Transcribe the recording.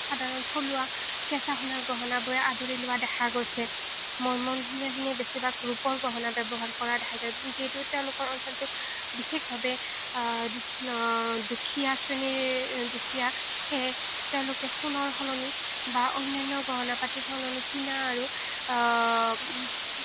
সাধাৰণ থলুৱা কেঁচা সোণৰ গহনাবোৰে আদৰি লোৱা দেখা গৈছে মৈমনসিঙীয়াখিনিয়ে বেছিভাগ ৰূপৰ গহনা ব্যৱহাৰ কৰা দেখা যায় যিহেতু তেওঁলোকৰ অঞ্চলটো বিশেষভাৱে দুখীয়া শ্ৰেণীৰ দুখীয়া সেয়ে তেওঁলোকে সোণৰ সলনি বা অন্যান্য গহনা পাতিৰ সলনি কিনা আৰু